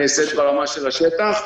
נעשית ברמה של השטח.